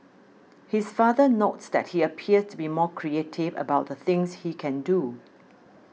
his father notes that he appears to be more creative about the things he can do